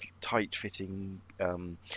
tight-fitting